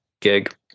gig